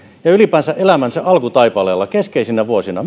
ja ylipäänsä elämänsä alkutaipaleella keskeisinä vuosina